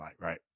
right